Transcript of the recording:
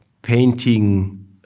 painting